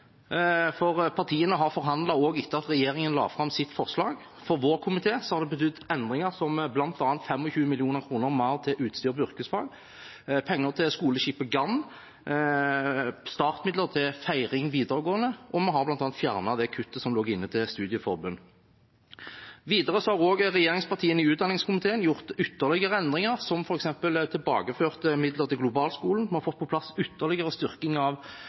for partiene har forhandlet også etter at regjeringen la fram sitt forslag. For vår komité har det betydd endringer, som bl.a. 25 mill. kr mer til utstyr til yrkesfag, penger til skoleskipet «Gann», startmidler til Feiring videregående skole, og vi har bl.a. fjernet kuttet som lå inne til studieforbund. Videre har regjeringspartiene i utdanningskomiteen gjort ytterligere endringer, som f.eks. å tilbakeføre midler til Globalskolen. Vi har fått på plass ytterligere styrking av